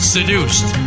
Seduced